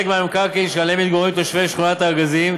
מהמקרקעין שעליהם מתגוררים תושבי שכונת הארגזים,